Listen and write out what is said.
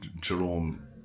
Jerome